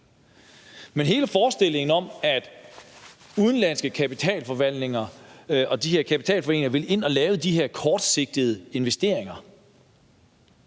Men hele forestillingen om, at udenlandske kapitalforvaltere vil ind at lave de her kortsigtede investeringer,